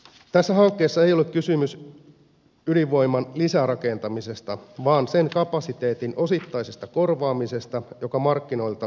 tässä hankkeessa ei ole kysymys ydinvoiman lisärakentamisesta vaan sen kapasiteetin osittaisesta korvaamisesta joka markkinoilta poistuu